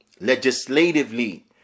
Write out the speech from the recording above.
legislatively